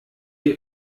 hier